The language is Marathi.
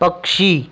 पक्षी